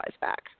back